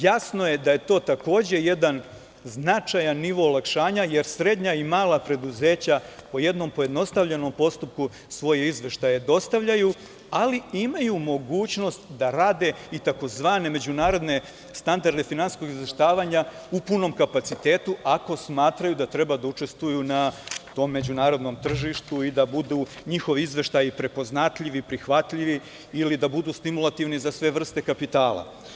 Jasno je da je to takođe jedan značajan nivo olakšavanja, jer srednja i mala preduzeća po jednom pojednostavljenom postupku svoje izveštaje dostavljaju, ali imaju mogućnost da rade i tzv. međunarodne standarde finansijskog izveštavanja u punom kapacitetu ako smatraju da treba da učestvuju na tom međunarodnom tržištu i da budu njihovi izveštaji prepoznatljivi i prihvatljivi ili da budu stimulativni za sve vrste kapitala.